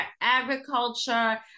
agriculture